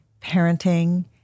parenting